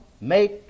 make